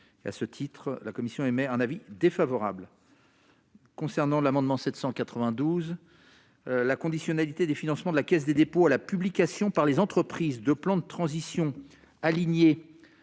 à ce titre, la commission émet un avis défavorable. Concernant l'amendement 792 la conditionnalité des financements de la Caisse des dépôts à la publication par les entreprises de plan de transition alignés